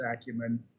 acumen